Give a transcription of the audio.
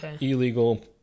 illegal